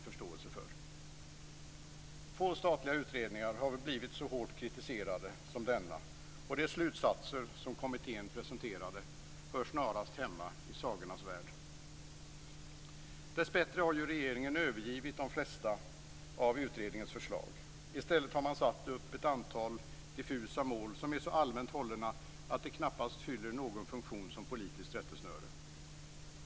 Få statliga utredningar har väl blivit så hårt kritiserade som denna, och de slutsatser som kommittén presenterade hör snarast hemma i sagornas värld. Dessbättre har ju regeringen övergett de flesta av utredningens förslag. I stället har man satt upp ett antal diffusa mål som är så allmänt hållna att de knappast fyller någon funktion som politiskt rättesnöre.